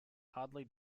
hardly